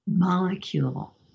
molecule